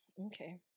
okay